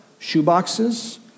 shoeboxes